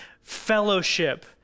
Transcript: fellowship